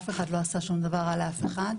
אף אחד לא עשה שום דבר רע לאף אחד.